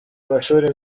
amashuri